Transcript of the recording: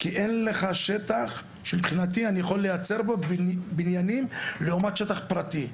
כי אין לך שטח שמבחינתי אני יכול לייצר בו בניינים לעומת שטח פרטי,